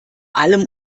allem